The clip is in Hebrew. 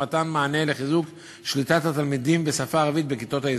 מתן מענה לחיזוק שליטת התלמידים בשפה הערבית בכיתות היסוד.